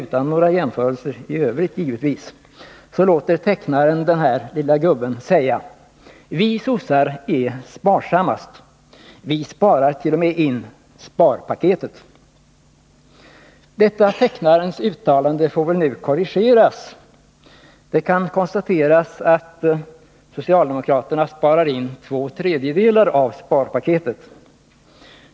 Utan några jämförelser i övrigt — givetvis — vill jag påminna om att tecknaren lät en liten gubbe säga: ”Vi sossar ärsparsamma. in sparpaketet.” Detta tecknarens uttalande får väl nu korrigeras. Det kan konstateras att socialdemokraterna inte sparar in hela men väl två tredjedelar av sparpaketet.